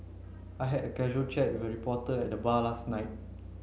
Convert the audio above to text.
I had a casual chat with a reporter at the bar last night